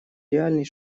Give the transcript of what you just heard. реальный